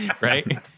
Right